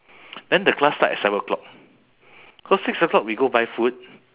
then the class start at seven o'clock so six o'lock we go buy food